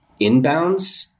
inbounds